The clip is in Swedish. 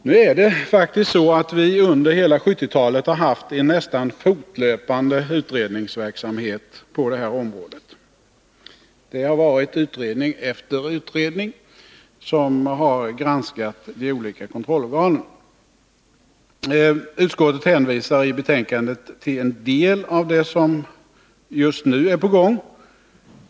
Nu har vi faktiskt under hela 1970-talet haft en nästan fortlöpande utredningsverksamhet på det här området, där utredning efter utredning har granskat de olika kontrollorganen. Utskottet hänvisar i betänkandet till en del av det som just nu är på gång.